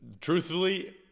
truthfully